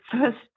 first